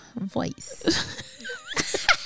voice